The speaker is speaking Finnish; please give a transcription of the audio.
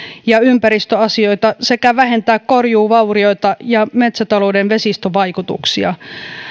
ja ympäristöasioita sekä vähentää korjuuvaurioita ja metsätalouden vesistövaikutuksia